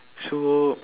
so